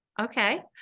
Okay